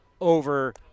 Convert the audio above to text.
over